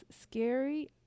scary